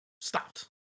stopped